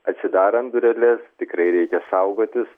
atsidarant dureles tikrai reikia saugotis